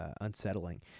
unsettling